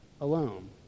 alone